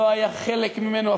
לא היה חלק ממנו,